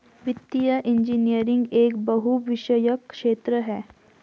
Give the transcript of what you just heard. वित्तीय इंजीनियरिंग एक बहुविषयक क्षेत्र है